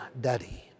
daddy